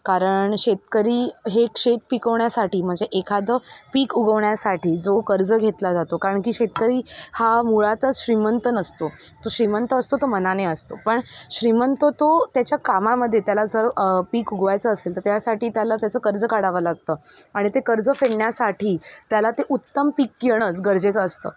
कारण शेतकरी हे शेत पिकवण्यासाठी म्हणजे एखादं पीक उगवण्यासाठी जो कर्ज घेतला जातो कारण की शेतकरी हा मुळातच श्रीमंत नसतो तो श्रीमंत असतो तो मनाने असतो पण श्रीमंत तो त्याच्या कामामध्ये त्याला जर पीक उगवायचं असेल तर त्यासाठी त्याला त्याचं कर्ज काढावं लागतं आणि ते कर्ज फेडण्यासाठी त्याला ते उत्तम पीक येणंच गरजेचं असतं